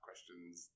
questions